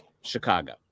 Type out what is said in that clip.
chicago